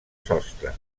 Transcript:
sostre